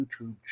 YouTube